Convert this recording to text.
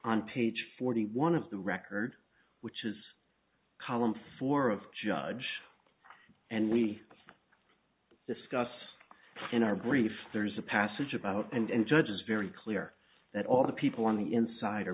on page forty one of the record which is a column for of judge and we discussed in our brief there's a passage about and judge is very clear that all the people on the inside